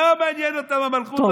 לא מעניינת אותם המלכות,